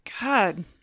God